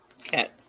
Okay